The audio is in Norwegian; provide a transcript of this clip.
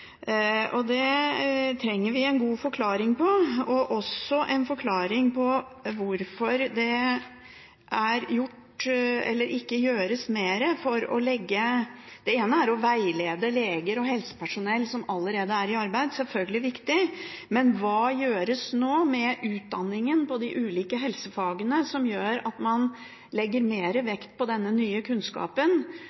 Det trenger vi en god forklaring på, og også en forklaring på hvorfor det ikke gjøres mer. Det ene er å veilede leger og helsepersonell som allerede er i arbeid – selvfølgelig er det viktig. Men hva gjøres nå med utdanningen innenfor de ulike helsefagene, som gjør at man i utdanningen legger